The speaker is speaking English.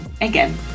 again